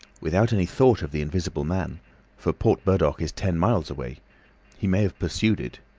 without any thought of the invisible man for port burdock is ten miles away he may have pursued it.